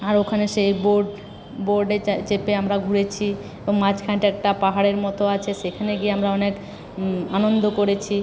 আর ওখানে সেই বোট বোটে চেপে আমরা ঘুরেছি ও মাঝখানটা একটা পাহাড়ের মতো আছে সেখানে গিয়ে আমরা অনেক আনন্দ করেছি